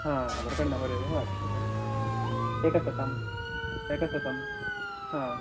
हा Aadhaar card number एव अपेक्ष्यते एकशतम् एकशतं ह